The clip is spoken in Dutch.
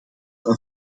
een